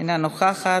אינה נוכחת.